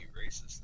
racist